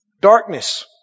Darkness